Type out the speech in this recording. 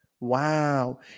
Wow